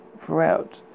throughout